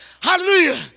hallelujah